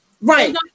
right